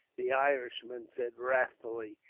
the irishman said wrathfully,